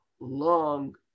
long